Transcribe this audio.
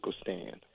stand